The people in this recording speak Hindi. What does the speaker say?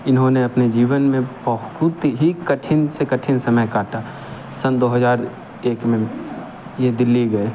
इन्होंने अपने जीवन में बहुत ही कठिन से कठिन समय काटा सन दो हजार एक में ये दिल्ली गए